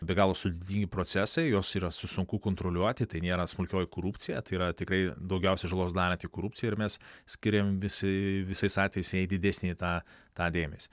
be galo sudėtingi procesai juos yra sunku kontroliuoti tai nėra smulkioji korupcija tai yra tikrai daugiausiai žalos daranti korupcija ir mes skiriam vis visais atvejais jai didesnį tą tą dėmesį